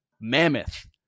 mammoth